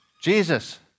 Jesus